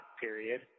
period